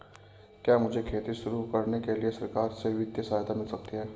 क्या मुझे खेती शुरू करने के लिए सरकार से वित्तीय सहायता मिल सकती है?